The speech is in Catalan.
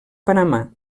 panamà